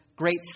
great